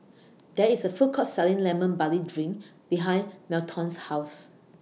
There IS A Food Court Selling Lemon Barley Drink behind Melton's House